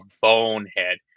bonehead